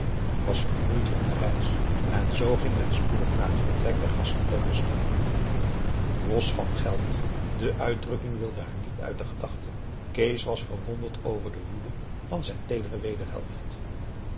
was vermoeid van de reis en zoo ging men spoedig na het vertrek der gasten ter ruste los van geld de uitdrukking wilde haar niet uit de gedachten kees was verwonderd over de woede van zijn teedere wederhelft